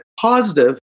positive